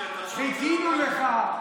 חיכינו לך.